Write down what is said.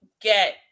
get